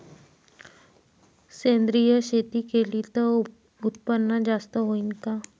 सेंद्रिय शेती केली त उत्पन्न जास्त होईन का?